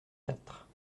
quatre